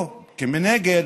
או מנגד,